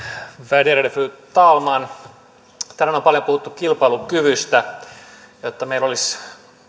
värderade fru talman tänään on paljon puhuttu kilpailukyvystä jotta meillä olisi